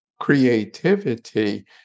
creativity